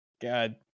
God